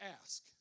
ask